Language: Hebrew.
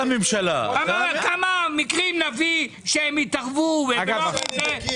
כמה מקרים נביא שהם התערבו והממשלה החליטה.